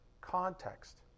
context